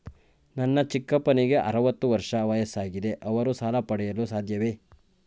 ನನ್ನ ಚಿಕ್ಕಪ್ಪನಿಗೆ ಅರವತ್ತು ವರ್ಷ ವಯಸ್ಸಾಗಿದೆ ಅವರು ಸಾಲ ಪಡೆಯಲು ಸಾಧ್ಯವೇ?